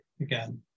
Again